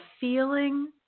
feeling